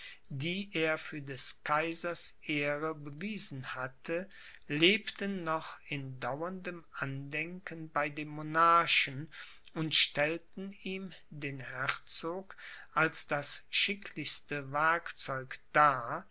die er für des kaisers ehre bewiesen hatte lebten noch in dauerndem andenken bei dem monarchen und stellten ihm den herzog als das schicklichste werkzeug dar